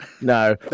No